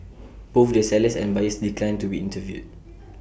both the sellers and buyers declined to be interviewed